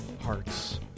hearts